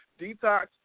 detox